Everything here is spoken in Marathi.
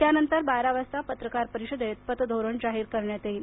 त्यानंतर बारा वाजता पत्रकार परिषदेत पतधोरण जाहीर केलं जाईल